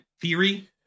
theory